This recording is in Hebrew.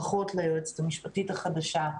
ברכות ליועצת המשפטית החדשה,